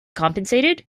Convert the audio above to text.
compensated